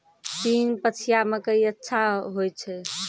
तीन पछिया मकई अच्छा होय छै?